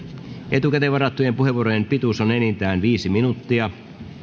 etukäteen varattujen puheenvuorojen pituus on enintään viisi minuuttia